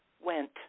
went